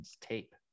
Tape